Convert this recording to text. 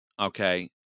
Okay